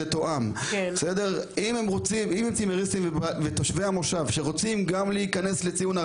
על --- היא דיברה על אירוע נוסף שאנחנו מארגנים מעבר לאירוע